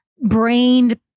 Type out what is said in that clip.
brained